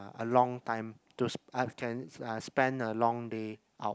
a long time to I can uh spend a long day out